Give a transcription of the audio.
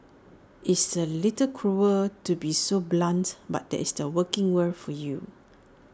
it's A little cruel to be so blunts but that's the working world for you